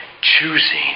choosing